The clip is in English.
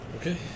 Okay